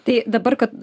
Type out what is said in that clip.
tai dabar kad